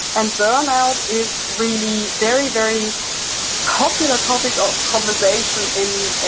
and burnout is really very, very popular topic up for conversation in, ah